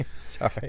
Sorry